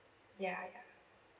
ya ya